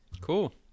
Cool